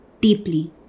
deeply